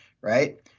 Right